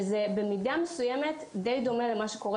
במידה מסוימת זה די דומה למה שקורה